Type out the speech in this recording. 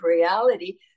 reality